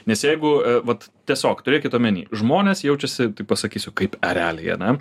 nes jeigu vat tiesiog turėkit omeny žmonės jaučiasi taip pasakysiu kaip ereliai ane